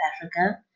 Africa